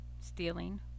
stealing